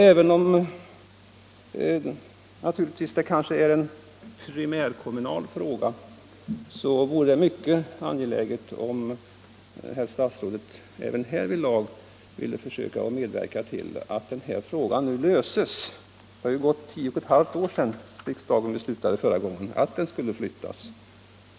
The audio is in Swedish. Även om detta är en primärkommunal fråga vore det mycket angeläget om herr statsrådet även härvidlag ville försöka medverka till att frågan nu löses. Det har gått tio och ett halvt år sedan riksdagen förra gången beslöt att skjutbanan skulle flyttas.